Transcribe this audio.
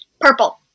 Purple